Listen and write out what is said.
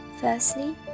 firstly